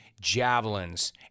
javelins